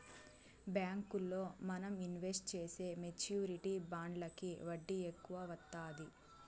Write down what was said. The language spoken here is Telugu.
బ్యాంకుల్లో మనం ఇన్వెస్ట్ చేసే మెచ్యూరిటీ బాండ్లకి వడ్డీ ఎక్కువ వత్తాది